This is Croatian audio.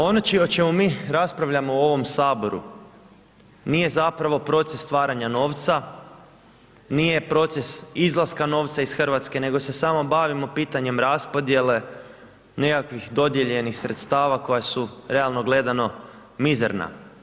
Ono o čemu mi raspravljamo u ovom saboru nije zapravo proces stvaranja novca, nije proces izlaska novca iz Hrvatske, nego se samo bavimo pitanjem raspodjele nekakvih dodijeljenih sredstava koja su realno gledano mizerna.